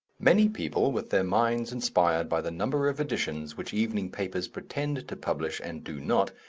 many people, with their minds inspired by the number of editions which evening papers pretend to publish and do not,